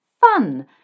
fun